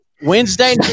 Wednesday